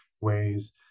ways